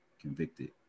convicted